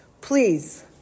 please